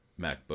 macbook